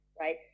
right